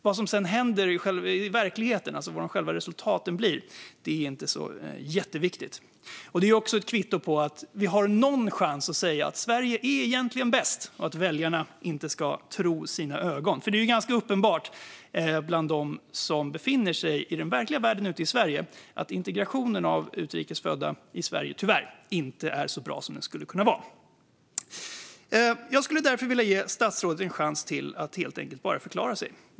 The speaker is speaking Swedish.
Vad som sedan händer i verkligheten, alltså vad resultaten blir, är inte så jätteviktigt. Det kvittot gör också att vi har någon chans att säga att Sverige egentligen är bäst och att väljarna inte ska tro sina ögon. Det är ju ganska uppenbart för dem som befinner sig i den verkliga världen ute i Sverige att integrationen av utrikes födda i Sverige tyvärr inte är så bra som den skulle kunna vara. Jag skulle därför vilja ge statsrådet en chans till att helt enkelt förklara sig.